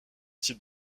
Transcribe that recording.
type